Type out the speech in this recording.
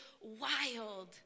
wild